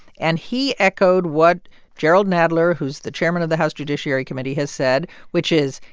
and he echoed what jerrold nadler, who's the chairman of the house judiciary committee, has said, which is,